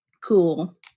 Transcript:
Cool